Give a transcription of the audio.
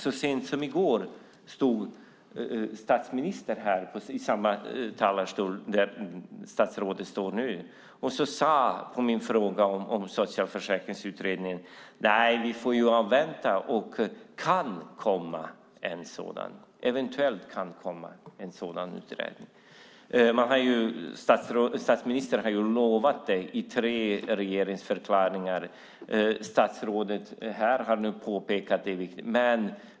Så sent som i går stod statsministern här, i precis samma talarstol som statsrådet står i nu, och sade som svar på min fråga om en socialförsäkringsutredning: Nej, vi får avvakta. Det kan komma en sådan. Eventuellt kan det komma en sådan utredning. Statsministern har ju lovat det i tre regeringsförklaringar, och statsrådet har här påpekat att det är viktigt.